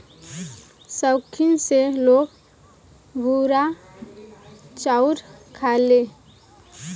सौखीन से लोग भूरा चाउर खाले